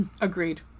Agreed